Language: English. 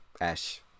Ash